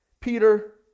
Peter